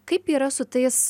kaip yra su tais